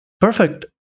Perfect